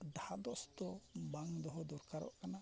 ᱫᱷᱟᱫᱚᱥ ᱫᱚ ᱵᱟᱝ ᱫᱚᱦᱚ ᱫᱚᱨᱠᱟᱨᱚᱜ ᱠᱟᱱᱟ